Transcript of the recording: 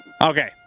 Okay